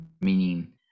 Meaning